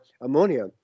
ammonia